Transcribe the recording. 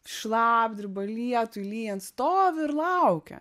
šlapdriba lietui lyjant stovi ir laukia